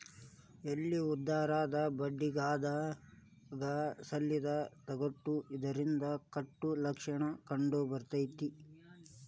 ಎಲಿ ಉದುರುದು ಬಡ್ಡಿಬಾಗದಾಗ ಸುಲಿದ ತೊಗಟಿ ಇದರಿಂದ ಕೇಟ ಲಕ್ಷಣ ಕಂಡಬರ್ತೈತಿ